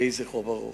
יהי זכרו ברוך.